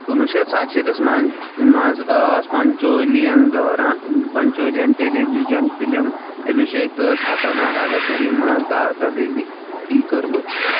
کُنوُہ شیٚتھ سَتہٕ شيٖتس منٛز ٲس پنچولیَن دوران پنچولیَن ٹیلی ویژن فِلم ابھیشیک تہٕ خطرناک ارادَے منٛز کاکردٕگی کٔرمٕژ